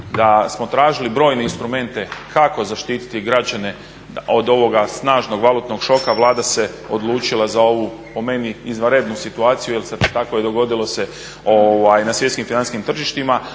da smo tražili brojne instrumente kako zaštititi građane od ovog snažnog valutnog šoka Vlada se odlučila za ovu, po meni izvanrednu situaciju jer se tako i dogodilo na svjetskim financijskim tržištima.